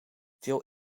veel